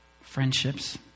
Friendships